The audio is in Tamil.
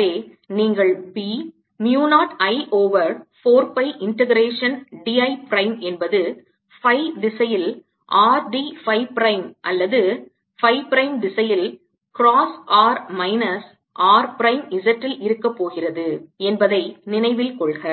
எனவே நீங்கள் B mu 0 I over 4 pi integration d I prime என்பது phi திசையில் R d phi பிரைம் அல்லது phi பிரைம் திசையில் cross r minus r prime z ல் இருக்க போகிறது என்பதை நினைவில் கொள்க